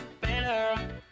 better